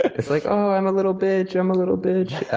it's like oh, i'm a little bitch. i'm a little bitch.